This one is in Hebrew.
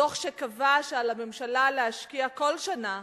דוח שקבע שעל הממשלה להשקיע כל שנה